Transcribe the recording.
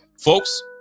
folks